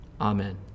Amen